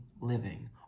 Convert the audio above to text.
living